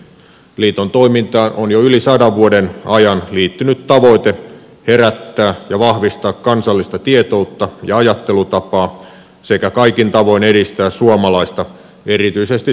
liiton toimintaan on jo yli sadan vuoden ajan liittynyt tavoite herättää ja vahvistaa kansallista tietoutta ja ajattelutapaa sekä kaikin tavoin edistää suomalaista erityisesti suomenkielistä kulttuuria